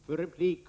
Herr talman!